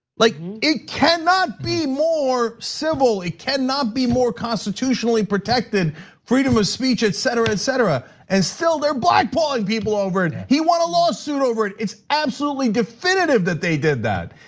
like it cannot be more civil. it cannot be more constitutionally protected freedom of speech, etc, etc. and still, they're blackballing people over it. he won a lawsuit over it. it's absolutely definitive that they did that.